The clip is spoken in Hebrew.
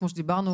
כמו שדיברנו,